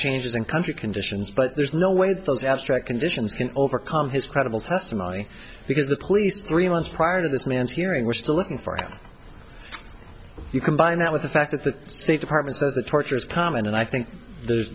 changes in country conditions but there's no way those abstract conditions can overcome his credible testimony because the police three months prior to this man's hearing we're still looking for him you combine that with the fact that the state department says that torture is common and i think there's